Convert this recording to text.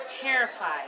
terrified